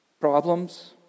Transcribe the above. problems